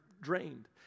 drained